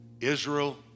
Israel